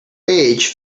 age